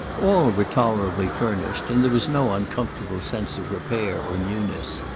all were tolerably furnished, and there was no uncomfortable sense of repair or newness.